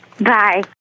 Bye